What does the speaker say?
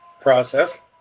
process